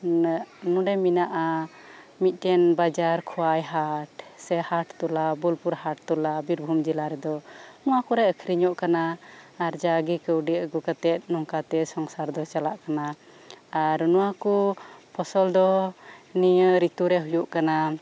ᱱᱚᱰᱮ ᱢᱮᱱᱟᱜᱼᱟ ᱢᱤᱴᱮᱱ ᱵᱟᱡᱟᱨ ᱠᱷᱳᱭᱟᱭ ᱦᱟᱴ ᱥᱮ ᱦᱟᱴᱛᱚᱞᱟ ᱵᱳᱞᱯᱩᱨ ᱦᱟᱴᱛᱚᱞᱟ ᱵᱤᱵᱷᱩᱢ ᱡᱮᱞᱟ ᱨᱮᱫᱚ ᱱᱚᱶᱟ ᱠᱚᱨᱮ ᱟᱹᱠᱷᱟᱹᱨᱤᱧᱚᱜ ᱠᱟᱱᱟ ᱟᱨ ᱡᱟᱜᱮ ᱠᱟᱹᱣᱰᱤ ᱟᱹᱜᱩ ᱠᱟᱛᱮᱫ ᱱᱚᱝᱠᱟᱛᱮ ᱥᱚᱝᱥᱟᱨ ᱫᱚ ᱪᱟᱞᱟᱜ ᱠᱟᱱᱟ ᱟᱨ ᱱᱚᱶᱟ ᱠᱚ ᱯᱷᱚᱥᱚᱞ ᱫᱚ ᱱᱤᱭᱟᱹ ᱨᱤᱛᱩ ᱨᱮ ᱦᱩᱭᱩᱜ ᱠᱟᱱᱟ